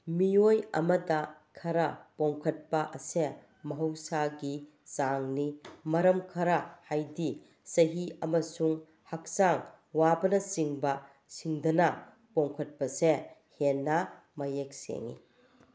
ꯃꯤꯑꯣꯏ ꯑꯃꯗ ꯈꯔ ꯄꯣꯝꯈꯠꯄ ꯑꯁꯦ ꯃꯍꯧꯁꯥꯒꯤ ꯆꯥꯡꯅꯤ ꯃꯔꯝ ꯈꯔ ꯍꯥꯏꯗꯤ ꯆꯍꯤ ꯑꯃꯁꯨꯡ ꯍꯛꯆꯥꯡ ꯋꯥꯕꯅꯆꯤꯡꯕ ꯁꯤꯡꯗꯅ ꯄꯣꯝꯈꯠꯄꯁꯦ ꯍꯦꯟꯅ ꯃꯌꯦꯛ ꯁꯦꯡꯉꯤ